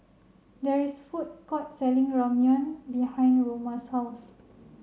there is food court selling Ramyeon behind Roma's house